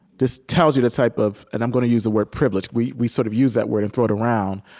this tells you the type of and i'm gonna use the word privilege we we sort of use that word and throw it around,